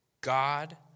God